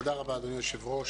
תודה רבה, אדוני היושב-ראש.